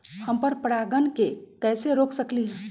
हम पर परागण के कैसे रोक सकली ह?